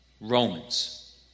Romans